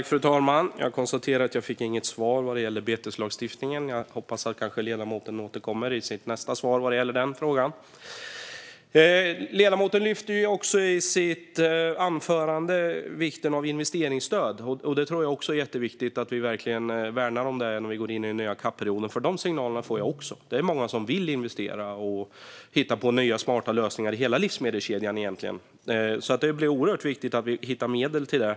Fru talman! Jag konstaterar att jag inte fick något svar om beteslagstiftningen. Jag hoppas att ledamoten återkommer i sitt nästa anförande vad gäller den frågan. Ledamoten lyfte i sitt anförande upp vikten av investeringsstöd. Jag tror också att det är jätteviktigt att vi verkligen värnar om det när vi går in i den nya CAP-perioden, för jag får också de signalerna. Det är många som vill investera och hitta på nya smarta lösningar i hela livsmedelskedjan. Det blir oerhört viktigt att vi hittar medel till det.